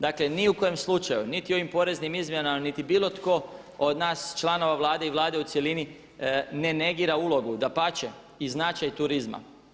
Dakle, ni u kojem slučaju, niti ovim poreznim izmjenama niti bilo tko od nas članova Vlade i Vlade u cjelini ne negira ulogu, dapače i značaj turizma.